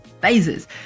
phases